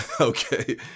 Okay